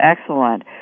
excellent